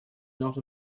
not